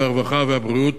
הרווחה והבריאות